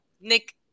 Nick